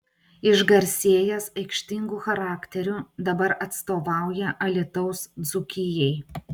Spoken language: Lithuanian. išgarsėjęs aikštingu charakteriu dabar atstovauja alytaus dzūkijai